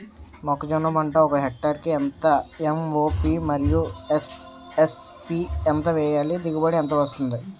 మొక్కజొన్న పంట ఒక హెక్టార్ కి ఎంత ఎం.ఓ.పి మరియు ఎస్.ఎస్.పి ఎంత వేయాలి? దిగుబడి ఎంత వస్తుంది?